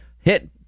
Hit